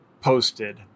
posted